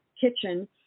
kitchen